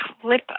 clip